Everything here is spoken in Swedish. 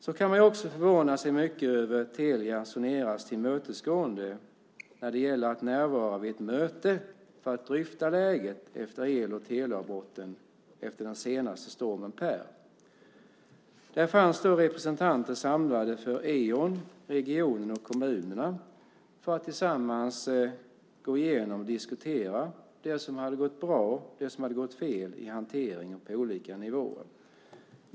Man kan också förvåna sig mycket över Telia Soneras tillmötesgående när det gällde att närvara vid ett möte för att dryfta läget med el och teleavbrotten efter den senaste stormen Per. Där fanns representanter samlade för Eon, regionen och kommunerna för att tillsammans gå igenom och diskutera det som hade gått bra och det som hade gått fel i hanteringen på olika nivåer.